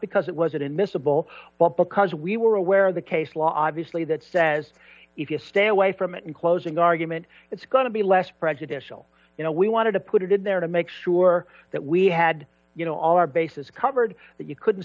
because it wasn't in miscible but because we were aware of the case law obviously that says if you stay away from it in closing argument it's going to be less prejudicial you know we wanted to put it in there to make sure that we had you know all our bases covered that you couldn't